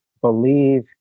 Believe